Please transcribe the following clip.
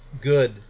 good